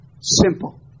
simple